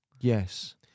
Yes